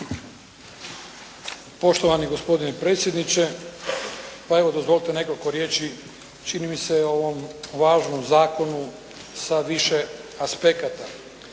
Poštovani gospodine predsjedniče. Pa evo dozvolite nekoliko riječi čini mi se o ovom važnom zakonu sa više aspekata.